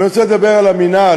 אני רוצה לדבר על המינהל.